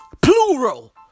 plural